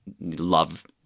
love